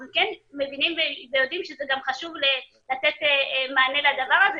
אנחנו כן מבינים ויודעים שזה גם חשוב לתת מענה לדבר הזה,